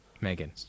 Megan